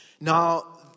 Now